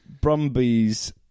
Brumbies